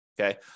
okay